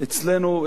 אצלנו,